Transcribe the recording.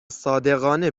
صادقانه